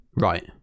Right